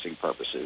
purposes